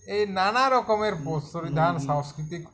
এ নানা রকমের পোশ নানান সাংস্কৃতিক